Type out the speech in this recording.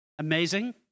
Amazing